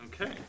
Okay